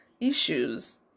issues